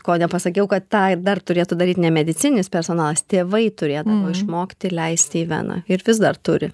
ko nepasakiau kad tą ir dar turėtų daryt ne medicininis personalas tėvai turėtų išmokti leisti į veną ir vis dar turi